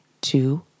two